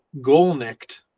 Golnick